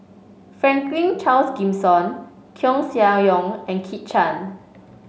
Franklin Charles Gimson Koeh Sia Yong and Kit Chan